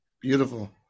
Beautiful